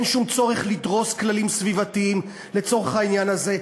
אין שום צורך לדרוס כללים סביבתיים לצורך העניין הזה,